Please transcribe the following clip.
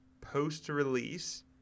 post-release